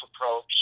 approach